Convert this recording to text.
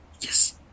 Yes